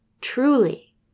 truly